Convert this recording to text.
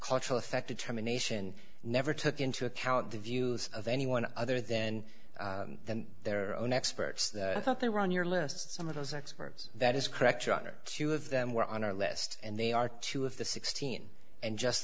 cultural affected terminations never took into account the views of anyone other then than their own experts i thought they were on your list some of those experts that is correct your honor two of them were on our list and they are two of the sixteen and just